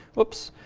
oops,